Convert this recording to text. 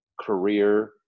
career